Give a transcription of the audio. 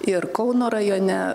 ir kauno rajone